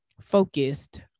focused